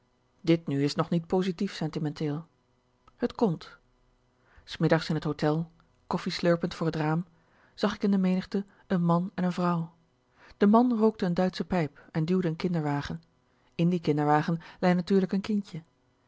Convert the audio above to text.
dit nu is nog niet positief sentimenteel het komt s middags in het hotel koffie slurpend voor het raam zag ik in de menigte een man en een vrouw de man rookte n duitsche pijp en duwde n kinderwagen in die kinderwagen lei natuurlijk een kindje